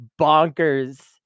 bonkers